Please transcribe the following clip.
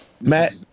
Matt